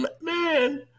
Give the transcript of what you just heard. man